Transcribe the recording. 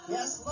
Yes